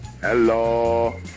Hello